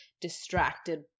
distracted